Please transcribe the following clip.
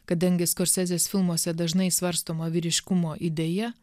kadangi skorsezės filmuose dažnai svarstoma vyriškumo idėja